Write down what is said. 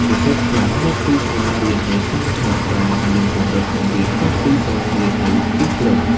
និស្សិតខ្លះមកពីសាលារៀននៅតាមខេត្ត ដែលមានកម្រិតបង្រៀនខុសពីសាលារៀននៅទីក្រុង។